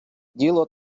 діло